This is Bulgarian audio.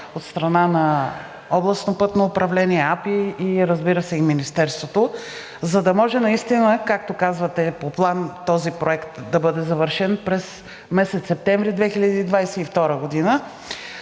от страна на Областно пътно управление, АПИ, разбира се, и Министерството, за да може наистина, както казвате, по план този проект да бъде завършен през месец септември 2022 г.